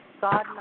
God